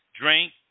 drink